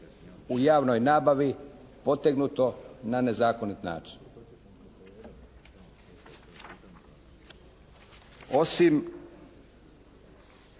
u javnoj nabavi potegnuto na nezakonit način.